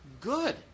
good